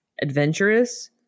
adventurous